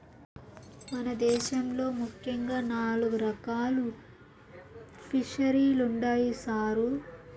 మన దేశంలో ముఖ్యంగా నాలుగు రకాలు ఫిసరీలుండాయి సారు